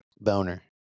Boner